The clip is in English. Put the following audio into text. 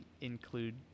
include